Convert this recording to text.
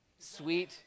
Sweet